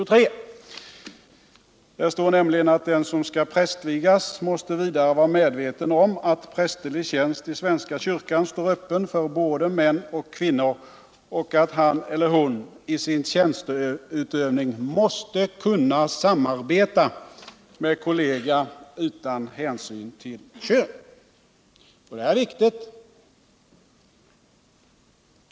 Där heter det nämligen: ”Den som skall prästvigas måste vidare vara medveten om att prästerlig tjänst i svenska kyrkan står öppen för både män och kvinnor och att han eller hon i sin tjänsteutövning måste kunna samarbeta med kollega utan hänsyn till kön.” Detta är viktigt.